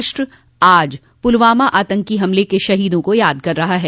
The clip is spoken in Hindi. राष्ट्र आज पुलवामा आतंकी हमले के शहीदों को याद कर रहा है